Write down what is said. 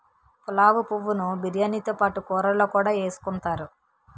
పులావు పువ్వు ను బిర్యానీతో పాటు కూరల్లో కూడా ఎసుకుంతారు